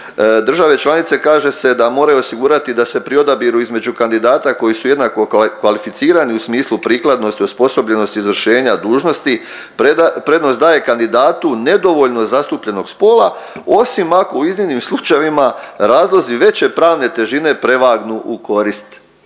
države članice kaže se da moraju osigurati da se pri odabiru između kandidata koji su jednako kvalificirani u smislu prikladnosti, osposobljenosti izvršenja dužnosti prednost daje kandidatu nedovoljno zastupljenog spola osim ako u iznimnim slučajevima razlozi veće pravne težine prevagnu u korist